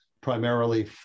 primarily